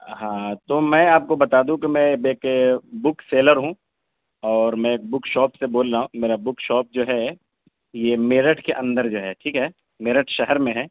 ہاں تو میں آپ کو بتادوں کہ میں بک سیلر ہوں اور میں ایک بک شاپ سے بول رہا ہوں میرا بک شاپ جو ہے یہ میرٹھ کے اندر جو ہے ٹھیک ہے میرٹھ شہر میں ہے